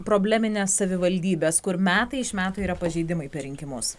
problemines savivaldybes kur metai iš metų yra pažeidimai per rinkimus